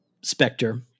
Spectre